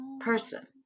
person